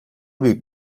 büyük